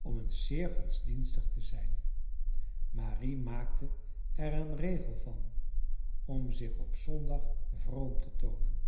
om eens zeer godsdienstig te zijn marie maakte er een regel van om zich op zondag vroom te toonen